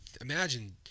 imagine